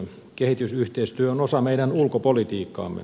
kehitysyhteistyö on osa meidän ulkopolitiikkaamme